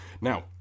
now